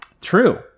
True